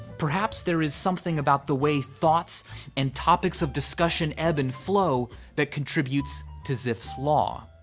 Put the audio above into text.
perhaps there is something about the way thoughts and topics of discussion ebb and flow that contributes to zipf's law.